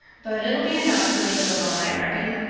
but it'll be enough for me to live on i reckon.